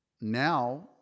now